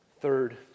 Third